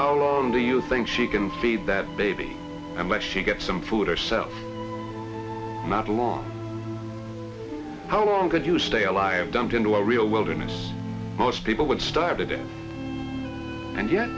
how long do you think she can feed that baby unless she gets some food herself not long how long could you stay alive dumped into a real wilderness most people would starve to death and yet